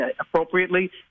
appropriately